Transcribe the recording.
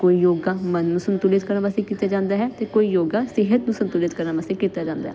ਕੋਈ ਯੋਗਾ ਮਨ ਨੂੰ ਸੰਤੁਲਿਤ ਕਰਨ ਵਾਸਤੇ ਕੀਤਾ ਜਾਂਦਾ ਹੈ ਅਤੇ ਕੋਈ ਯੋਗਾ ਸਿਹਤ ਨੂੰ ਸੰਤੁਲਿਤ ਕਰਨ ਵਾਸਤੇ ਕੀਤਾ ਜਾਂਦਾ ਹੈ